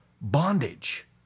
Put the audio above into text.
bondage